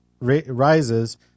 rises